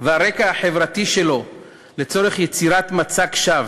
והרקע החברתי שלו לצורך יצירת מצג שווא,